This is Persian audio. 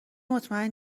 مطمئن